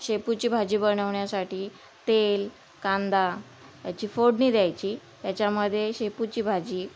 शेपूची भाजी बनवण्यासाठी तेल कांदा याची फोडणी द्यायची याच्यामध्ये शेपूची भाजी